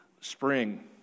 spring